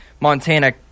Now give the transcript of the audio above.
Montana